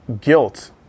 guilt